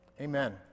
Amen